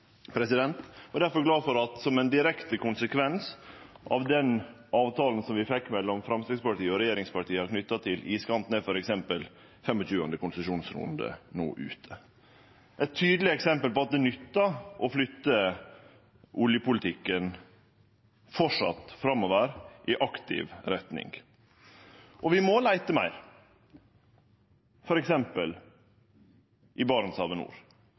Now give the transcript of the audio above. er eg glad for at som ein direkte konsekvens av den avtalen som vi fekk mellom Framstegspartiet og regjeringspartia knytt til iskanten, er f.eks. 25. konsesjonsrunde no ute. Det er eit tydeleg eksempel på at det framleis nyttar å flytte oljepolitikken framover, i aktiv retning. Vi må leite meir, f.eks. i